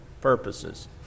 purposes